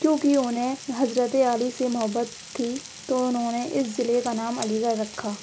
کیونکہ انہیں حضرت علی سے محبت تھی تو انہوں نے اس ضلع کا نام علی گڑھ رکھا